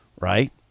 Right